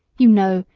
you know,